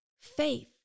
faith